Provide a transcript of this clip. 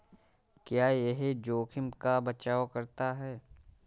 क्या यह जोखिम का बचाओ करता है?